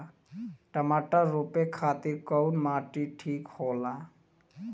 टमाटर रोपे खातीर कउन माटी ठीक होला?